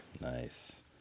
Nice